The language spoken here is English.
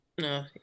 No